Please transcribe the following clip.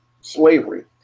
slavery